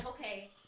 okay